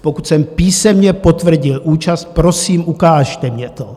Pokud jsem písemně potvrdil účast, prosím, ukažte mně to.